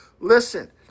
Listen